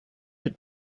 had